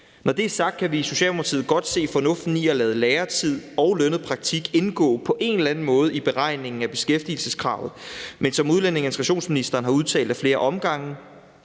Når det er sagt, kan vi i Socialdemokratiet godt se fornuften i at lade læretid og lønnet praktik indgå på en eller anden måde i beregningen af beskæftigelseskravet. Men som udlændinge- og integrationsministeren har udtalt ad flere omgange,